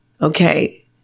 okay